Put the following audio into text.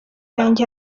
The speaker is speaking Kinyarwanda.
yanjye